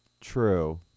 True